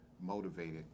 motivated